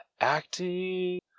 acting